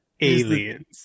Aliens